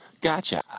Gotcha